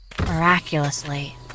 miraculously